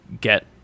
get